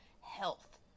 health